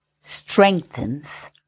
strengthens